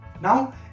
now